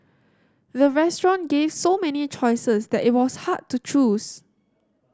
the restaurant gave so many choices that it was hard to choose